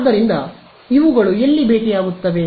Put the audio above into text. ಆದ್ದರಿಂದ ಈ ಇವುಗಳು ಎಲ್ಲಿ ಭೇಟಿಯಾಗುತ್ತವೆ